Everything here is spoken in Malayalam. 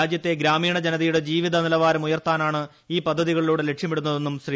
രാജ്യത്തെ ഗ്രാമീണ ജനതയുടെ ജീവിത നിലവാരം ഉയർത്താനാണ് ഈ പദ്ധതികളിലൂടെ ലക്ഷ്യമിടുന്നതെന്നും ശ്രീ